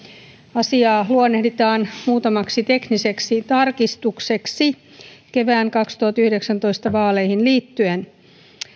asiaa luonnehditaan muutamaksi tekniseksi tarkistukseksi kevään kaksituhattayhdeksäntoista vaaleihin liittyen